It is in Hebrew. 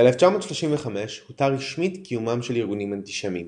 ב-1935 הותר רשמית קיומם של ארגונים אנטישמיים.